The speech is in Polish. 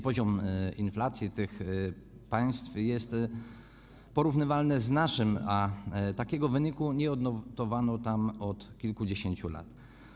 Poziom inflacji w tych państwach jest porównywalny z naszym, a takiego wyniku nie odnotowano tam od kilkudziesięciu lat.